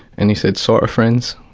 and he said sort of friends,